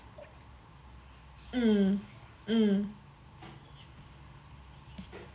mm mm